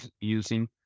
using